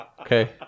Okay